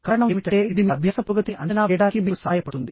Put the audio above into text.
కారణం ఏమిటంటే ఇది మీ అభ్యాస పురోగతిని అంచనా వేయడానికి మీకు సహాయపడుతుంది